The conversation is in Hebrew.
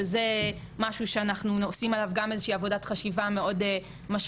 שזה משהו שאנחנו עושים עליו גם איזושהי עבודת חשיבה מאוד משמעותית,